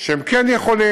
שהם כן יכולים,